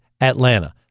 Atlanta